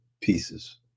pieces